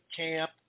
camp